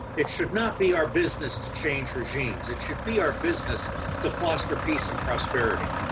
it should not be our business to change regimes. it should be our business to foster peace and prosperity.